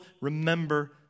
remember